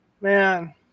Man